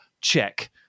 check